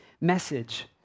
message